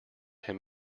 him